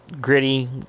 gritty